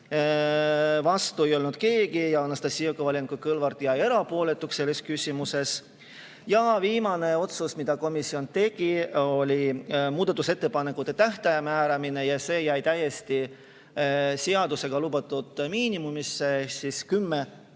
Vastu ei olnud keegi. Anastassia Kovalenko-Kõlvart jäi erapooletuks selles küsimuses. Ja viimane otsus, mille komisjon tegi, oli muudatusettepanekute tähtaja määramine. See on täiesti seadusega lubatud miinimumi piires ehk kümme